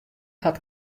hat